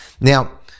Now